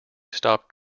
stopped